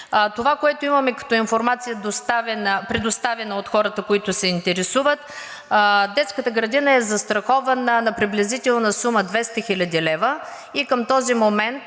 това, което имаме като информация, предоставена от хората, които се интересуват, детската градина е застрахована на приблизителна сума 200 хил. лв. и към този момент